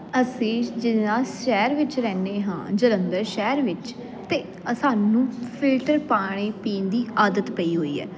ਅਸੀਂ ਜ ਸ਼ਹਿਰ ਵਿੱਚ ਰਹਿੰਦੇ ਹਾਂ ਜਲੰਧਰ ਸ਼ਹਿਰ ਵਿੱਚ ਅਤੇ ਸਾਨੂੰ ਫਿਲਟਰ ਪਾਣੀ ਪੀਣ ਦੀ ਆਦਤ ਪਈ ਹੋਈ ਹੈ